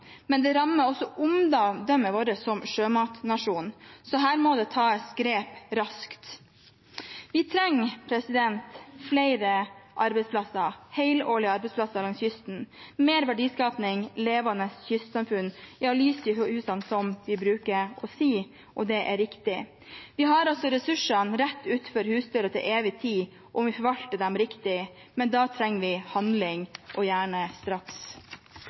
men det rammer også omdømmet vårt som sjømatnasjon. Her må det tas grep raskt. Vi trenger flere arbeidsplasser, helårige arbeidsplasser langs kysten, mer verdiskaping, levende kystsamfunn – ja, lys i husene, som vi bruker å si, og det er riktig. Vi har ressursene rett utenfor husdøren til evig tid om vi forvalter dem riktig. Da trenger vi handling – og gjerne straks.